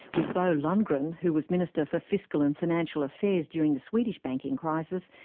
with bo lundgren, who was minister for fiscal and financial affairs during the swedish banking crisis,